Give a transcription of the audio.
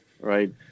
right